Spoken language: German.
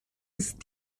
ist